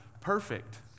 perfect